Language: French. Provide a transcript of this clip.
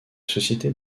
société